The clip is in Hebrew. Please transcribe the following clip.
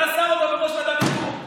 אתה שם אותו בראש ועדת איתור.